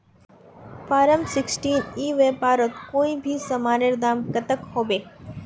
Form sixteen ई व्यापारोत कोई भी सामानेर दाम कतेक होबे?